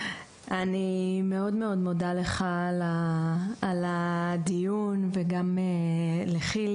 אני מאוד מאוד מודה לך על הדיון וגם לחילי,